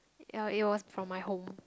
ya it was from my home